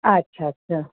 अछा अछा